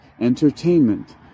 entertainment